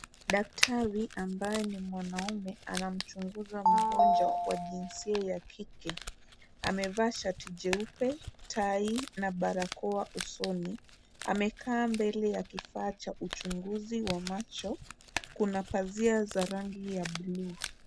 Daktari ambaye ni mwanaume anamchunguza mgonjwa wa jinsia ya kike. Amevaa shati jeupe, tai na barakoa usoni. Amekaa mbele ya kifaa cha uchunguzi wa macho. Kuna pazia za rangi ya blue .